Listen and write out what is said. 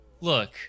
Look